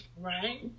Right